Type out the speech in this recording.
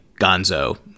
Gonzo